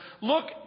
look